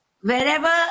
Wherever